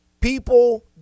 people